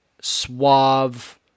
suave